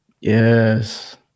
Yes